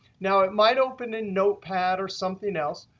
now, it might open in notepad or something else.